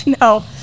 No